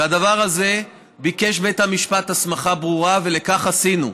ולדבר הזה ביקש בית המשפט הסמכה ברורה, וכך עשינו.